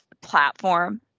platform